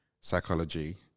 psychology